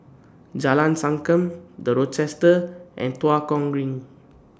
Jalan Sankam The Rochester and Tua Kong Green